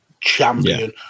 champion